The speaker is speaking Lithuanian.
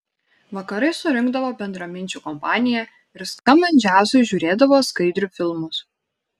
vakarais surinkdavo bendraminčių kompaniją ir skambant džiazui žiūrėdavo skaidrių filmus